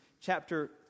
chapter